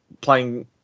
playing